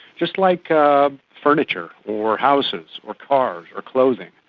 just like furniture or houses or cars or clothing.